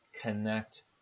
connect